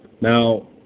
now